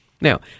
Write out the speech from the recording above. Now